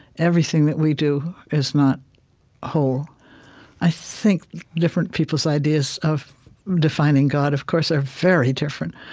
everything that we do is not whole i think different people's ideas of defining god, of course, are very different,